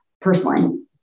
personally